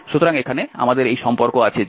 সুতরাং এখানে আমাদের এই সম্পর্ক আছে যে